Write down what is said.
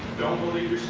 don't believe